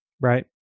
Right